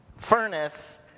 furnace